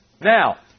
Now